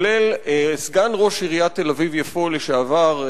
כולל סגן ראש עיריית תל-אביב יפו לשעבר,